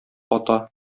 ата